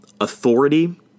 authority